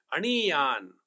Aniyan